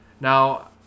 now